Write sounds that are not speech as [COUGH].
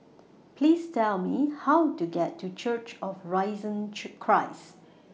Please Tell Me How to get to Church of Risen [UNINTELLIGIBLE] Christ